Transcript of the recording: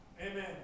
Amen